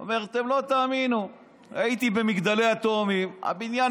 אבל אל תכניס לי מילים לפה,